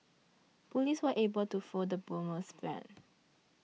police were able to foil the bomber's plans